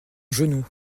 genou